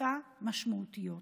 אכיפה משמעותיות,